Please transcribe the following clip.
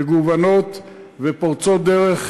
מגוונות ופורצות דרך,